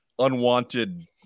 Unwanted